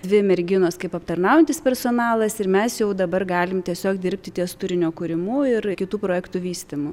dvi merginos kaip aptarnaujantis personalas ir mes jau dabar galim tiesiog dirbti ties turinio kūrimu ir kitų projektų vystymu